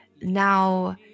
now